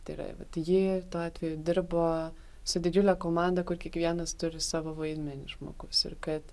tai yra tai ji tuo atveju dirbo su didžiule komanda kur kiekvienas turi savo vaidmenį žmogus ir kad